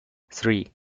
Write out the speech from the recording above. three